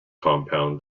compound